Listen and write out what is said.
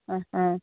आं हां